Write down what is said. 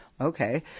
Okay